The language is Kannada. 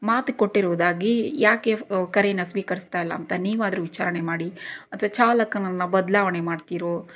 ಮಾತು ಕೊಟ್ಟಿರುವುದಾಗಿ ಯಾಕೆ ಕರೆಯನ್ನು ಸ್ವೀಕರಿಸ್ತಾಯಿಲ್ಲ ಅಂತ ನೀವಾದರೂ ವಿಚಾರಣೆ ಮಾಡಿ ಅಥವಾ ಚಾಲಕನನ್ನು ಬದಲಾವಣೆ ಮಾಡ್ತೀರೋ